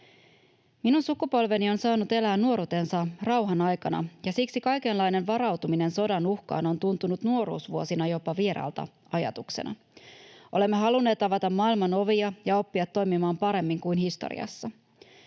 Minun sukupolveni on saanut elää nuoruutensa rauhan aikana, ja siksi kaikenlainen varautuminen sodan uhkaan on tuntunut nuoruusvuosina jopa vieraalta ajatuksena. Olemme halunneet avata maailman ovia ja oppia toimimaan paremmin kuin historiassa.